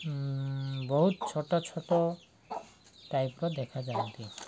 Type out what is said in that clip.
ବହୁତ ଛୋଟ ଛୋଟ ଟାଇପର ଦେଖାଯାଆନ୍ତି